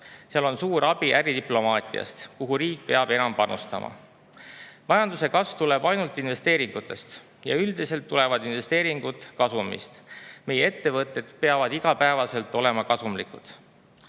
on suur abi äridiplomaatiast, kuhu riik peab enam panustama. Majanduse kasv tuleb ainult investeeringutest ja üldiselt tulevad investeeringud kasumist. Meie ettevõtted peavad iga päev olema kasumlikud.